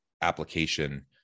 application